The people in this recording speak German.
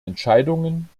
entscheidungen